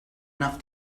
enough